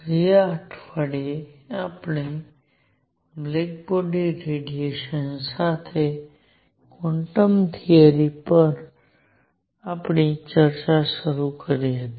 ગયા અઠવાડિયે આપણે બ્લેક બોડી રેડિયેશન સાથે ક્વોન્ટમ થિયરી પર આપણી ચર્ચા શરૂ કરી હતી